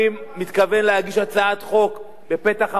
אני מתכוון להגיש הצעת חוק בפתח המושב,